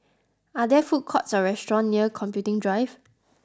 are there food courts or restaurant near Computing Drive